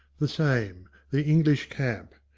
the same. the english camp.